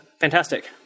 fantastic